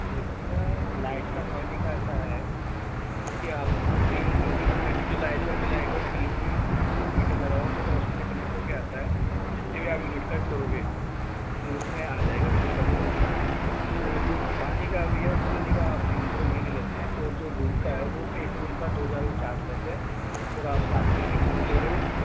देखो भैया लाइट का पानी का ऐसा है कि आपको तीन सौ रुपये जो महीने का जो लाइट का बिल आएगा वो बिल में मीटर लगा हुआ है छोटा उसमें कनेक्ट होके आता है जितने भी आप यूनिट खर्च करोगे उसमें आ जाएगा बिल बता देगा और जो पानी का भैया वो पानी का आप तीन सौ रुपये महीने लेते हैं और जो रूम का है वो एक रूम का दो हजार रुपए चार्ज लेते हैं और आप साथ में किचन भी ले रहे हो